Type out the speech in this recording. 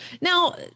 Now